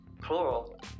plural